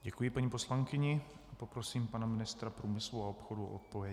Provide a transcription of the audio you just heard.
Děkuji paní poslankyni a poprosím pana ministra průmyslu a obchodu o odpověď.